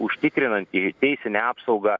užtikrinanti į teisinę apsaugą